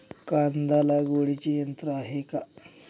कांदा लागवडीचे यंत्र आहे का?